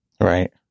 right